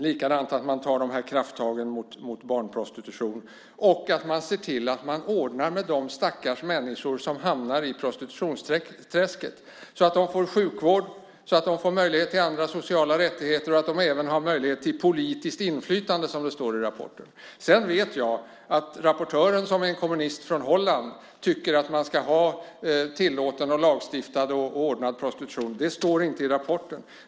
Likadant att man tar dessa krafttag mot barnprostitution och att man ordnar för de stackars människor som hamnar i prostitutionsträsket så att de får sjukvård, möjligheter till andra sociala rättigheter och även har möjlighet till politiskt inflytande, som det står i rapporten. Sedan vet jag att rapportören, som är en kommunist från Holland, tycker att man ska ha tillåten, lagstiftad och ordnad prostitution. Det står inte rapporten.